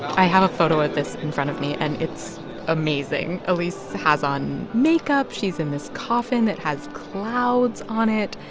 i have a photo of this in front of me, and it's amazing. elise has on makeup. she's in this coffin that has clouds on it.